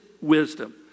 wisdom